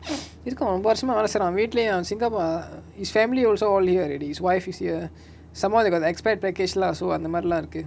இருக்கு ரொம்ப வருசமா வேல செய்ரா வீட்லயு:iruku romba varusama vela seira veetlayu on singapore err his family also all here already his wife is here somemore they got the expat package lah so அந்தமாரிலா இருக்கு:anthamarila iruku